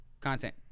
content